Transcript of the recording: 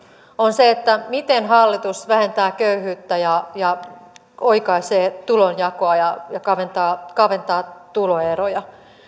on se miten hallitus vähentää köyhyyttä ja ja oikaisee tulonjakoa ja kaventaa kaventaa tuloeroja